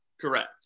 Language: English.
Correct